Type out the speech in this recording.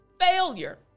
failure